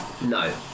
No